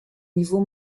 niveau